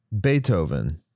Beethoven